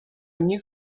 ogni